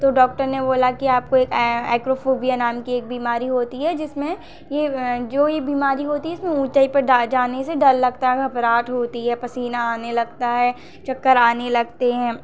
तो डॉक्टर ने बोला कि आपको एक ऐ एक्रोफोबिया नाम की एक बीमारी होती है जिसमें यह जो इ बीमारी होती इसमें ऊँचाई पर डा जाने से डर लगता घबराहट होती है पसीना आने लगता है चक्कर आने लगते हैं